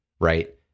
right